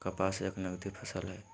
कपास एक नगदी फसल हई